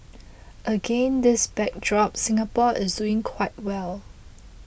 against this backdrop Singapore is doing quite well